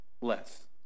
less